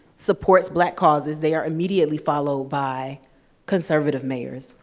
supports black causes, they are immediately followed by conservative mayors,